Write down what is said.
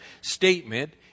statement